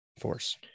force